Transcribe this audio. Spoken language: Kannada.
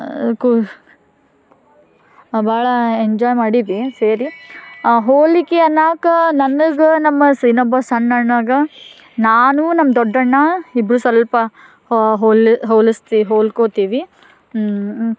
ಕೂ ಭಾಳ ಎಂಜಾಯ್ ಮಾಡಿದ್ವಿ ಸೇರಿ ಹೋಲಿಕೆ ಅನ್ನೋಕೆ ನನಗೆ ನಮ್ಮ ಸೀನಪ್ಪ ಸಣ್ಣ ಹಣ್ಣಾಗ ನಾನು ನಮ್ಮ ದೊಡ್ಡಣ್ಣ ಇಬ್ರು ಸ್ವಲ್ಪ ಹೋಲಿ ಹೋಲಿಸ್ತಿ ಹೋಲ್ಕೊಳ್ತೀವಿ